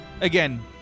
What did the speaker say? Again